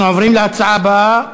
אנחנו עוברים להצעה הבאה,